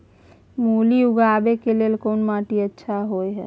मूली उगाबै के लेल कोन माटी अच्छा होय है?